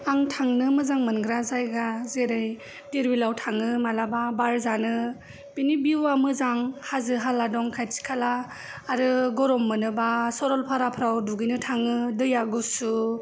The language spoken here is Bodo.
आं थांनो मोजां मोनग्रा जायगा जेरै दिहिरबिलाव थाङो मालाबा बार जानो बिनि भिउआ मोजां हाजो हाला दं खाथि खाला आरो गरम मोनोब्ला सरलफाराफ्राव दुगैनो थाङो दैया गुसु